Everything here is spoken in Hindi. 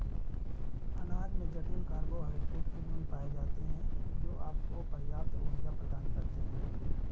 अनाज में जटिल कार्बोहाइड्रेट के गुण पाए जाते हैं, जो आपको पर्याप्त ऊर्जा प्रदान करते हैं